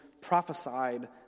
prophesied